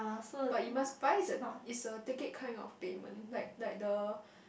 but you must buy the it's a ticket kind of payment like like the